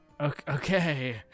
Okay